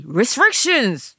restrictions